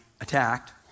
attacked